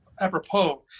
apropos